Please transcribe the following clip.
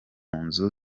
nzu